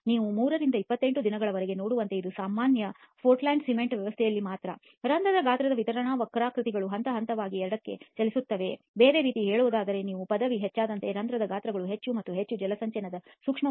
ನೀವು 3 ರಿಂದ 28 ದಿನಗಳವರೆಗೆ ನೋಡುವಂತೆ ಇದು ಸಾಮಾನ್ಯ ಪೋರ್ಟ್ಲ್ಯಾಂಡ್ ಸಿಮೆಂಟ್ ವ್ಯವಸ್ಥೆಯಲ್ಲಿ ಮಾತ್ರ ರಂಧ್ರದ ಗಾತ್ರದ ವಿತರಣಾ ವಕ್ರಾಕೃತಿಗಳು ಹಂತಹಂತವಾಗಿ ಎಡಕ್ಕೆ ಚಲಿಸುತ್ತಿವೆ ಬೇರೆ ರೀತಿಯಲ್ಲಿ ಹೇಳುವುದಾದರೆ ನೀವು ಪದವಿ ಹೆಚ್ಚಾದಂತೆ ರಂಧ್ರದ ಗಾತ್ರಗಳು ಹೆಚ್ಚು ಮತ್ತು ಹೆಚ್ಚು ಜಲಸಂಚಯನ ಸೂಕ್ಷ್ಮವಾಗಿರುತ್ತವೆ